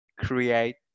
create